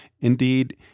Indeed